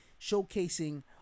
Showcasing